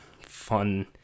fun